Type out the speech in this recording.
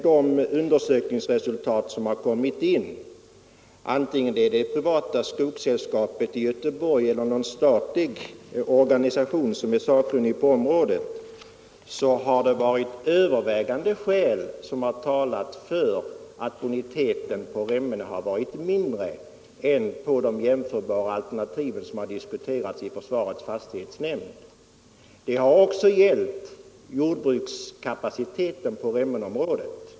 De undersökningsresultat som kommit fram antingen från det privata skogssällskapet i Göteborg eller från någon statlig organisation, som är sakkunnig på området, har till övervägande delen talat för att boniteten på Remmene varit lägre än på de jämförbara alternativ som diskuterats i försvarets fastighetsnämnd. Det har också gällt jordbrukskapaciteten på Remmeneområdet.